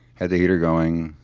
had the heater going.